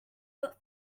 but